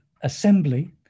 assembly